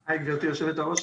הי גברתי יושבת הראש.